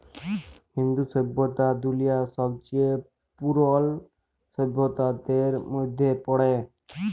ইন্দু সইভ্যতা দুলিয়ার ছবচাঁয়ে পুরল সইভ্যতাদের মইধ্যে পড়ে